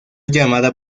llamada